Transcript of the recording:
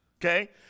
Okay